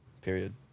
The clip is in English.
Period